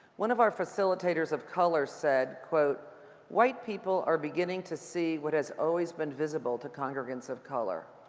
one of our facilitators of color said, white people are beginning to see what has always been visible to congregants of color.